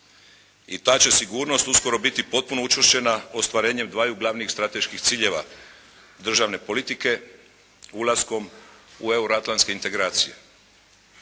I ta će sigurnost uskoro biti potpuno učvršćena ostvarenjem dvaju glavnih strateških ciljeva državne politike ulaskom u euroatlantske integracije.